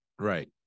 Right